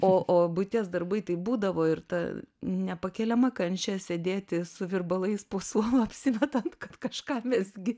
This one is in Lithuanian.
o o buities darbai taip būdavo ir ta nepakeliama kančia sėdėti su virbalais po suolu apsimetant kad kažką mezgi